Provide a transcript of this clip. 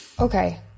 okay